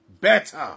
better